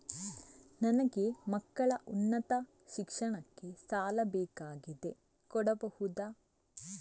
ನನಗೆ ಮಕ್ಕಳ ಉನ್ನತ ಶಿಕ್ಷಣಕ್ಕೆ ಸಾಲ ಬೇಕಾಗಿದೆ ಕೊಡಬಹುದ?